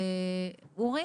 אורי?